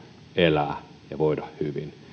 elää ja voida hyvin